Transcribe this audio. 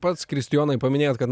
pats kristijonai paminėjot kad